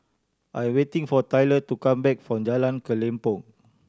I waiting for Tyler to come back from Jalan Kelempong